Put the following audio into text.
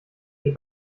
ihr